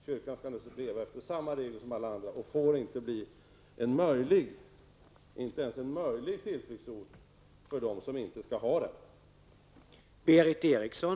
Kyrkan skall naturligtvis leva efter samma regler som alla andra och får inte bli ens en möjlig tillflyktsort för dem som inte skall ha en sådan.